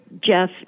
Jeff